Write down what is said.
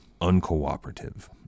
uncooperative